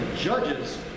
judges